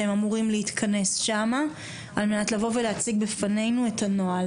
ביניהם על מנת לבוא ולהציג בפנינו את הנוהל.